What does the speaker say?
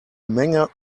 menge